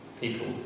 people